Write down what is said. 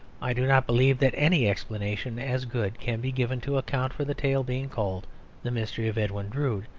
i do not believe that any explanation as good can be given to account for the tale being called the mystery of edwin drood,